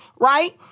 right